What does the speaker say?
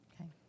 okay